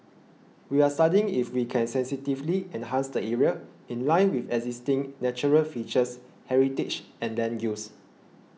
we are studying if we can sensitively enhance the area in line with existing natural features heritage and land use